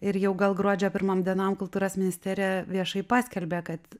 ir jau gal gruodžio pirmom dienom kultūros ministerija viešai paskelbė kad